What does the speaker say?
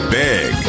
big